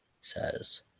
says